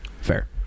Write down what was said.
Fair